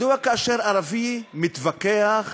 מדוע כאשר ערבי מתווכח